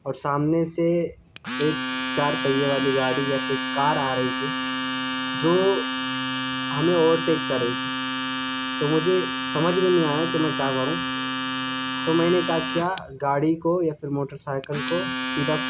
اور سامنے سے ایک چار پہیوں والی گاڑی یا پھر کار آ رہی تھی جو ہمیں اوورٹیک کر رہی تھی تو مجھے سمجھ میں نہیں آیا کہ میں کیا کروں تو میں نے کیا کیا گاڑی کو یا پھر موٹرسائیکل کو سیدھا